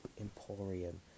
Emporium